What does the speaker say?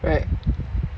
right